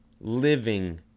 living